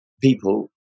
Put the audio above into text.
people